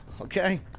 okay